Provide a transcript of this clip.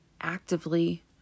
actively